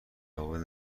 روابط